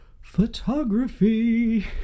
photography